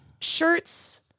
shirts